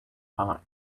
heart